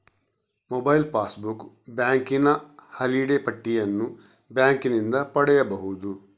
mobile passbook, ಬ್ಯಾಂಕಿನ holiday ಪಟ್ಟಿಯನ್ನು ಬ್ಯಾಂಕಿನಿಂದ ಪಡೆಯಬಹುದು